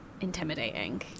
intimidating